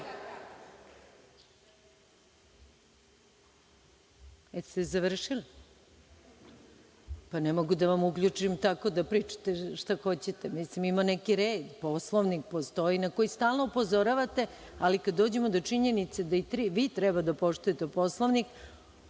ste me.)Ne mogu da vas uključim tako da pričate šta hoćete. Ima neki red, Poslovnik postoji na koji stalno upozoravate, ali kad dođemo do činjenice da i vi treba da poštujete Poslovnik,